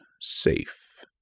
safe